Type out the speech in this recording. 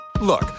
Look